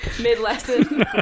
mid-lesson